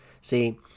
See